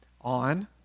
on